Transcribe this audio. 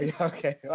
Okay